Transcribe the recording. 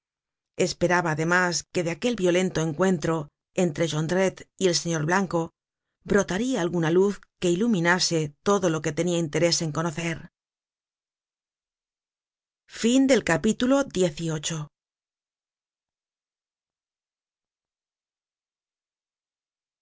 esperaba además que de aquel violento encuentro entre jondrette y el señor blanco brotaria alguna luz que iluminase todo lo que tenia interés en conocer